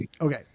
okay